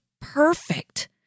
perfect